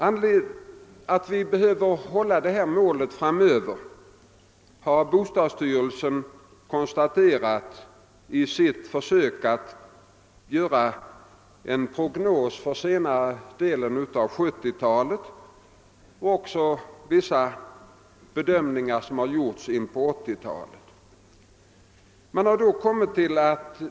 Att målsättningen 100 000 lägenheter även framdeles bör bibehållas har bostadsstyrelsen konstaterat i en prognos för senare delen av 1970-talet; även vissa bedömningar som har gjorts beträffande utvecklingen på 1980-talet pekar på detta.